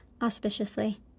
auspiciously